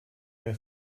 you